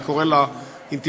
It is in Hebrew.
אני קורא לה אינתיפאדה,